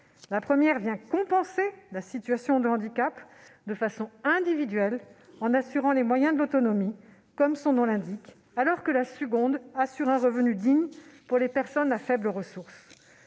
La première vient compenser la situation de handicap de façon individuelle, en assurant les moyens de l'autonomie, comme son nom l'indique, alors que la seconde assure un revenu digne pour les personnes à faibles ressources.